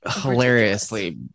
hilariously